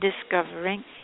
discovering